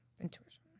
intuition